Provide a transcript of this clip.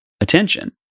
attention